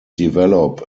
develop